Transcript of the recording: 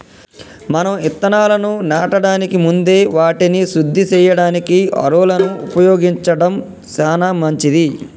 మనం ఇత్తనాలను నాటడానికి ముందే వాటిని శుద్ది సేయడానికి హారొలను ఉపయోగించడం సాన మంచిది